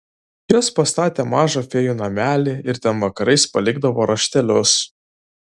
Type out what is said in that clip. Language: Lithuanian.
jos pastatė mažą fėjų namelį ir ten vakarais palikdavo raštelius